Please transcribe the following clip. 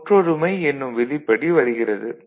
முற்றொருமை என்னும் விதிப்படி வருகிறது